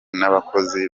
n’abakozi